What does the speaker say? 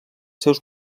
seus